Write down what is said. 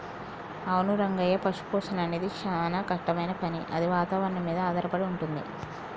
అవును రంగయ్య పశుపోషణ అనేది సానా కట్టమైన పని అది వాతావరణం మీద ఆధారపడి వుంటుంది